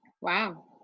Wow